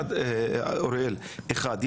אחד,